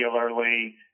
regularly